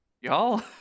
y'all